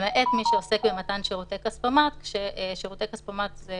למעט מי שעוסק במתן שירותי כספומט,"; כאשר שירותי כספומט זה